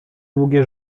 długie